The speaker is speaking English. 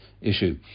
issue